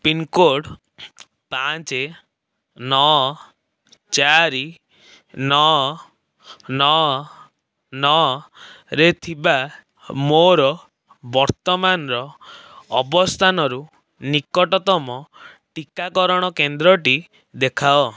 pincode ପାଞ୍ଚ ନଅ ଚାରି ନଅ ନଅ ନଅ ରେ ଥିବା ମୋର ବର୍ତ୍ତମାନର ଅବସ୍ଥାନରୁ ନିକଟତମ ଟିକାକରଣ କେନ୍ଦ୍ରଟି ଦେଖାଅ